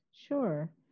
Sure